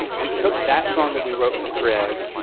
we took that song that we wrote for greg,